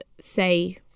say